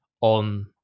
on